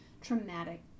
traumatic